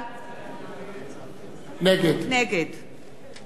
נגד נינו אבסדזה,